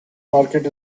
market